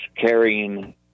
carrying